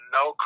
no